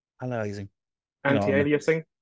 anti-aliasing